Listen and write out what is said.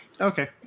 Okay